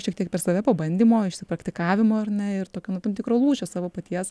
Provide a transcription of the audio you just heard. šiek tiek per save pabandymo išsipraktikavimo ar ne ir tokio na tam tikro lūžio savo paties